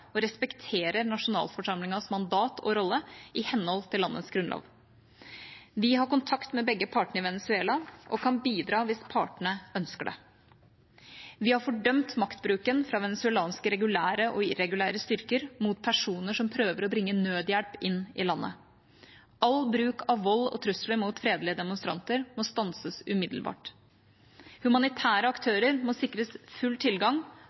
og respekterer nasjonalforsamlingens mandat og rolle i henhold til landets grunnlov. Vi har kontakt med begge partene i Venezuela og kan bidra hvis partene ønsker det. Vi har fordømt maktbruken fra venezuelanske regulære og irregulære styrker mot personer som prøver å bringe nødhjelp inn i landet. All bruk av vold og trusler mot fredelige demonstranter må stanses umiddelbart. Humanitære aktører må sikres full tilgang